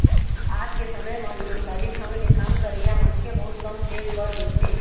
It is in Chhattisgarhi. आज के समे म ईमानदारी ढंग ले काम करइया मनखे बहुत कम देख बर मिलथें